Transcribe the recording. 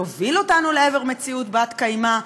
תוביל אותנו לעבר מציאות בת-קיימא,